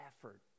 effort